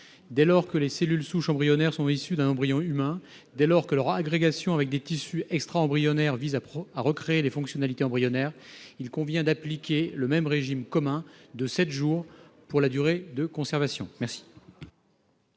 Dès lors que les cellules souches embryonnaires sont issues d'un embryon humain, dès lors que leur agrégation avec des tissus extra-embryonnaires vise à recréer les fonctionnalités embryonnaires, il convient d'appliquer le même régime commun de sept jours pour la durée de conservation.